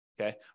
okay